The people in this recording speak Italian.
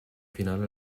finale